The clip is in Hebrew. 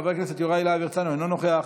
חבר הכנסת משה יעלון, אינו נוכח,